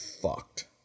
fucked